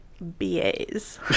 BAs